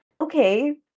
Okay